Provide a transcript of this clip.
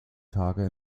tage